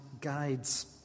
guides